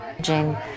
Jane